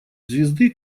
звезды